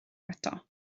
eto